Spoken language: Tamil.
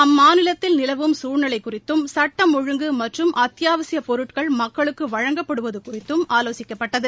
அம்மாநிலத்தில் நிலவும் சசூழ்நிலை குறித்தும் சுட்டம் ஒழுங்கு மற்றும் அத்தியாவசிய பொருட்கள் மக்களுக்கு வழங்கப்படுவது குறித்தும் ஆவோசிக்கப்பட்டது